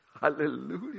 Hallelujah